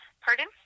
Pardon